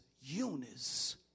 Eunice